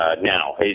now